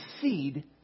seed